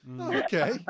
Okay